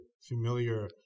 familiar